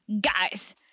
Guys